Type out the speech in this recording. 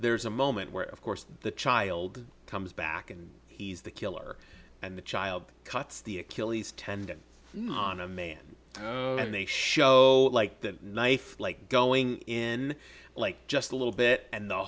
there's a moment where of course the child comes back and he's the killer and the child cuts the achilles tendon on a man and they show like the knife like going in like just a little bit and the